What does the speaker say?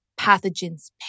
pathogens